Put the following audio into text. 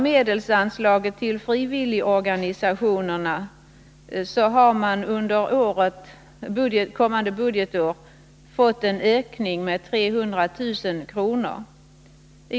Medelsanslaget till frivilligorganisationerna har för budgetåret 1981/82 fått en ökning med 300 000 kr. från innevarande budgetår.